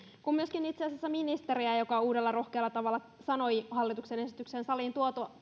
itse asiassa myöskin ministeriä joka uudella rohkealla tavalla sanoi hallituksen esityksen saliin